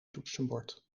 toetsenbord